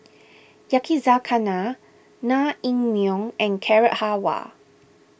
Yakizakana Naengmyeon and Carrot Halwa